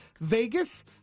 Vegas